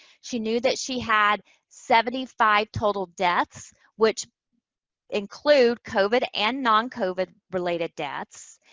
she knew that she had seventy five total deaths, which include covid and non-covid related deaths.